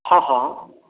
हँ हँ